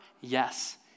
yes